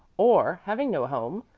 or, having no home,